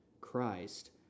Christ